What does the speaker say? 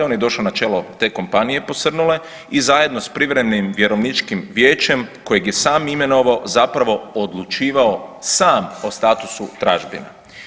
On je došao na čelo te kompanije posrnule i zajedno sa privremenim vjerovničkim vijećem kojeg je sam imenovao zapravo odlučivao sam o statusu tražbina.